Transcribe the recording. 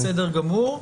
בסדר גמור.